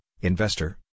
investor